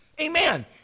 Amen